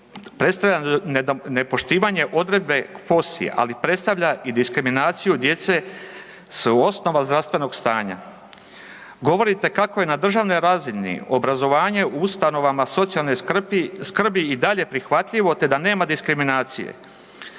predstavlja nepoštivanje odredi POSI, ali predstavlja i diskriminaciju djece s osnova zdravstvenog stanja. Govorite kako je na državnoj razini obrazovanje u ustanovama socijalne skrbi i dalje prihvatljivo te da nema diskriminacije.